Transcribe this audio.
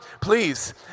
please